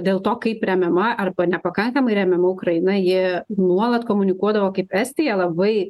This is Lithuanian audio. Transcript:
dėl to kaip remiama arba nepakankamai remiama ukraina ji nuolat komunikuodavo kaip estija labai